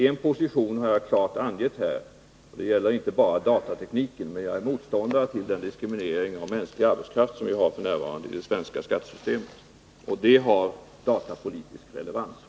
En position har jag klart angett här; det gäller inte bara datatekniken. Jag är motståndare till den diskriminering av mänsklig arbetskraft som vi f. n. har i det svenska skattesystemet. Detta har datapolitisk betydelse.